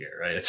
right